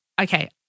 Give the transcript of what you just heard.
okay